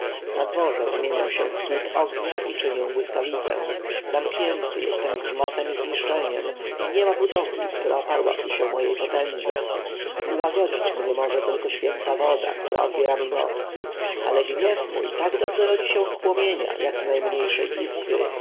na dworze zamieniam się w słup ognia i czynię błyskawicę zamknięty jestem grzmotem i zniszczeniem i niema budowli która oparłaby się mojej potędze ułagodzić mnie może tylko święta woda która odbiera mi moc ale gniew mój tak dobrze rodzi się z płomienia jak i z najmniejszej iskry